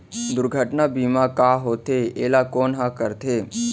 दुर्घटना बीमा का होथे, एला कोन ह करथे?